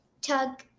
tug